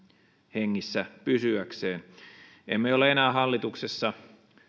hengissä pysyäkseen emme ole enää hallituksessa